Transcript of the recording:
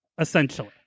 essentially